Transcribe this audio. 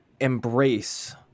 embrace